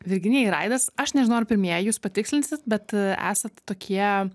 virginija ir aidas aš nežinau ar pirmieji jūs patikslinsit bet esat tokie